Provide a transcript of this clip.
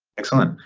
excellent.